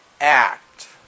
act